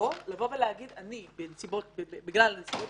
או לבוא ולהגיד: אני, בגלל הנסיבות